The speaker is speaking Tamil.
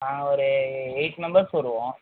ஒரு எயிட் மெம்பர்ஸ் வருவோம்